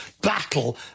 battle